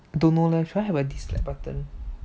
don't know leh should I have a dislike button